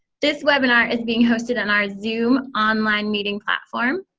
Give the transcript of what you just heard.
this webinar is being hosted in our zoom online meeting platform.